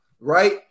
right